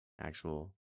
actual